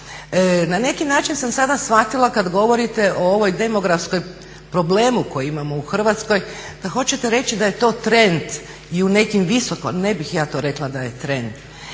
Na neki način sam sada shvatila kada govorite o ovoj demografskom problemu koji imamo u Hrvatskoj, da hoćete reći da je to trend i u nekim visoko, ne bih ja to rekla da je trend.